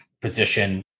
position